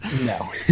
No